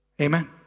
Amen